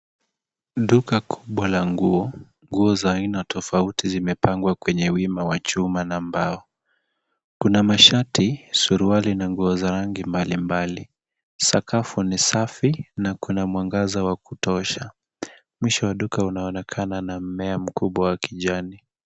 Duka kubwa la nguo. Nguo za aina tofauti zimepangwa kwenye wima wa chuma na mbao/ Kuna masharti, suruali na nguo za rangi mbalimbali. Sakafu ni safi na kuna mwangaza wa kutosha. Mwisho wa duka unaonekana na mmea mkubwa wa kijani.